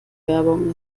werbung